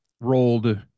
rolled